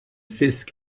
fisk